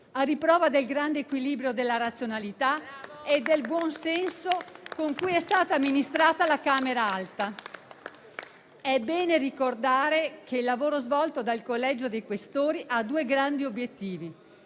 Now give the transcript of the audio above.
a riprova del grande equilibrio, della razionalità e del buon senso con cui è stata amministrata la Camera alta. È bene ricordare che il lavoro svolto dal Collegio dei Questori ha due grandi obiettivi: